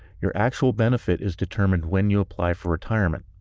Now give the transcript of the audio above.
your actual benefit is determined when you apply for retirement.